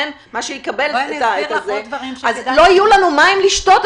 אז לא יהיו לנו מים לשתות.